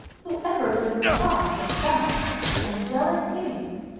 whoever would have thought that that angelic face